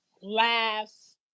laughs